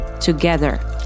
together